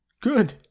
Good